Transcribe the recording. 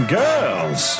girls